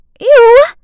Ew